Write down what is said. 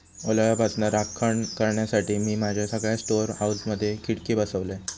ओलाव्यापासना राखण करण्यासाठी, मी माझ्या सगळ्या स्टोअर हाऊसमधे खिडके बसवलय